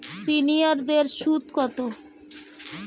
সিনিয়ারদের সুদ কত?